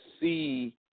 see